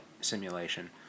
simulation